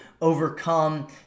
overcome